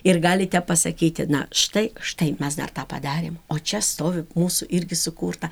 ir galite pasakyti na štai štai mes dar tą padarėm o čia stovi mūsų irgi sukurta